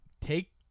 take